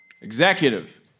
Executive